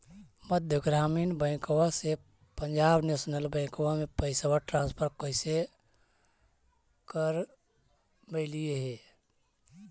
मध्य ग्रामीण बैंकवा से पंजाब नेशनल बैंकवा मे पैसवा ट्रांसफर कैसे करवैलीऐ हे?